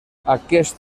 aquest